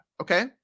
Okay